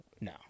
No